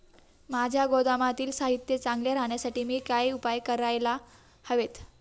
माझ्या गोदामातील साहित्य चांगले राहण्यासाठी मी काय उपाय काय करायला हवेत?